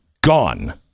gone